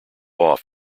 off